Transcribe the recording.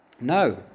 No